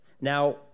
Now